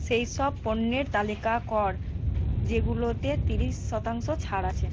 সেই সব পণ্যের তালিকা কর যেগুলোতে ত্রিশ শতাংশ ছাড় আছে